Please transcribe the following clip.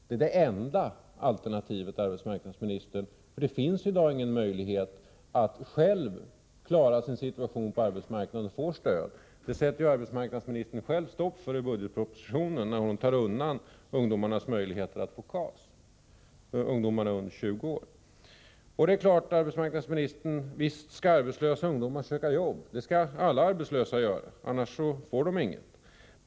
Det är den enda möjligheten, för det finns i dag inget sätt att själv klara sin situation på arbetsmarknaden och få stöd. Det sätter arbetsmarknadsministern själv stopp för i budgetpropositionen, när hon tar undan möjligheten för ungdomar under tjugo år att få KAS. Visst skall arbetslösa ungdomar söka jobb. Det skall alla arbetslösa göra, annars får de inget.